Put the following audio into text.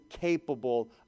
capable